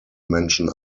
menschen